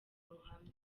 ruhame